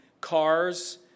cars